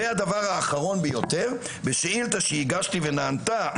והדבר האחרון ביותר, בשאילתא שהגשתי ונענתה,